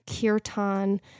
kirtan